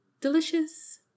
Delicious